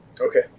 Okay